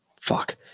Fuck